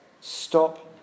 Stop